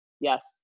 yes